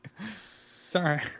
Sorry